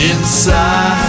Inside